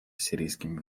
сирийскими